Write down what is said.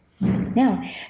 now